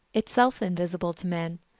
itself invisible to man.